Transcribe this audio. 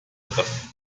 treffen